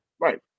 Right